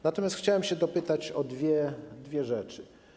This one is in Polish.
Natomiast chciałem się dopytać o dwie rzeczy.